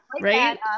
right